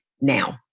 now